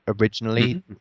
originally